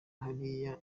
hariya